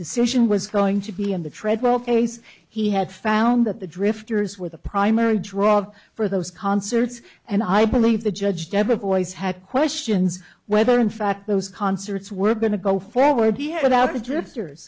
decision was going to be in the treadwell case he had found that the drifters were the primary draw for those concerts and i believe the judge debra voice had questions whether in fact those concerts were going to go forward he had about adjusters